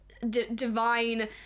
divine